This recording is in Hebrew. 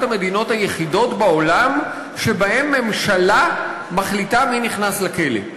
המדינות היחידות בעולם שבהן ממשלה מחליטה מי נכנס לכלא.